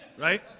Right